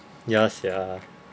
ya sia